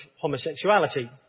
homosexuality